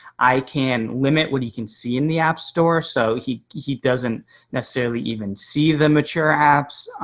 i can limit what he can see in the app store. so he he doesn't necessarily even see the mature apps.